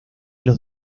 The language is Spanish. los